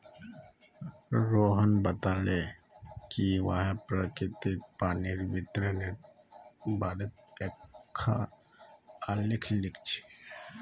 रोहण बताले कि वहैं प्रकिरतित पानीर वितरनेर बारेत एकखाँ आलेख लिख छ